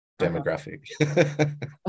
demographic